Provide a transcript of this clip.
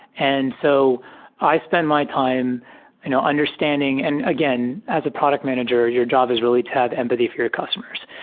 and so i spend my time you know understanding and again as a product manager, your job is really to have empathy for your customers.